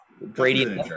Brady